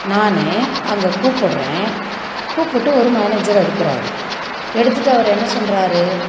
நான் அங்கே கூப்பிட்றேன் கூப்பிட்டு ஒரு மேனேஜர் எடுக்கிறாரு எடுத்துவிட்டு அவர் என்ன சொல்கிறாரு